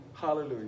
Hallelujah